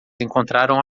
encontraram